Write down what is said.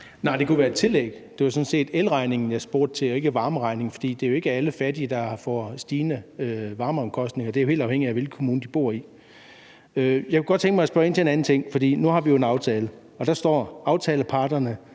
Nej, det kunne være et tillæg. Det var sådan set elregningen, jeg spurgte til, og ikke varmeregningen, for det er jo ikke alle fattige, der får stigende varmeomkostninger. Det er helt afhængigt af, hvilken kommune de bor i. Jeg kunne godt tænke mig at spørge ind til en anden ting, for nu har vi jo en aftale, hvor der står: »Aftaleparterne